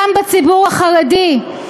גם בציבור החרדי,